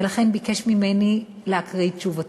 ולכן הוא ביקש ממני להקריא את תשובתו.